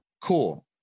cool